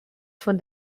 von